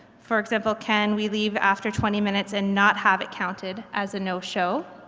for example, can we leave after twenty minutes and not have it counted as a no-show?